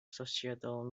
societal